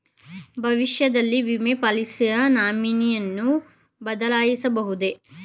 ಭವಿಷ್ಯದಲ್ಲಿ ವಿಮೆ ಪಾಲಿಸಿಯ ನಾಮಿನಿಯನ್ನು ಬದಲಾಯಿಸಬಹುದೇ?